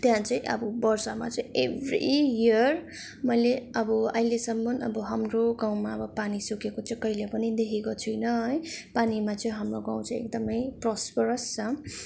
त्यहाँ चाहिँ अब वर्षमा चाहिँ एभरी इयर मैले अब अहिलेसम्म हाम्रो गाउँमा अब पानी सुकेको चाहिँ कहिले पनि देखेको छुइनँ है पानीमा चाहिँ हाम्रो गाउँ चाहिँ एकदमै प्रसपरस छ